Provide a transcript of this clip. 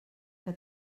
que